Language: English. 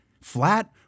Flat